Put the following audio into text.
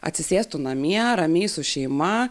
atsisėstų namie ramiai su šeima